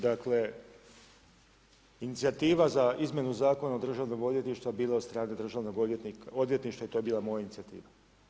Dakle inicijativa za izmjenu Zakona o državnom odvjetništvu bila je od strane državnog odvjetništva i to je bila moja inicijativa.